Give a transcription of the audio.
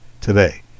today